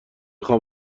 خوام